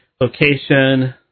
location